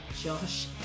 Josh